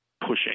pushing